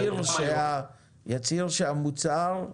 יצהיר שהמוצר?